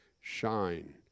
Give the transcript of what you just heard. shine